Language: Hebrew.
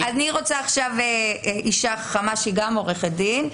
אני רוצה עכשיו לשמוע אישה חכמה שהיא גם עורכת דין.